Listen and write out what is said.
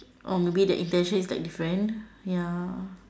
or maybe that intention is like different ya